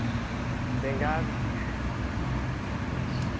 ᱵᱮᱸᱜᱟᱲ